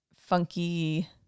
funky